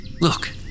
look